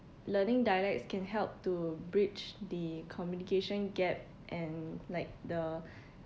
learning dialects can help to bridge the communication gap and like the